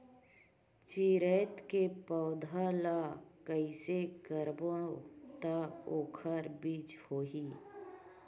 चिरैता के पौधा ल कइसे करबो त ओखर बीज होई?